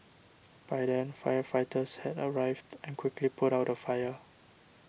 by then firefighters had arrived and quickly put out the fire